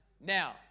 Now